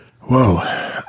Whoa